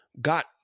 got